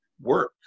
work